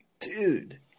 Dude